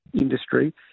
industry